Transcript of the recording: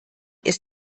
ist